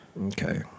Okay